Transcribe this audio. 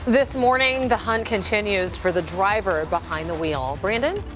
this morning, the hunt continues for the driver behind the wheel. brandon?